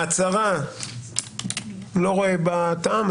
ההצהרה לא רואה בה טעם.